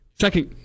Second